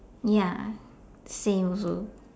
ya same also